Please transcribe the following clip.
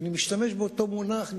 ואני משתמש באותו מונח,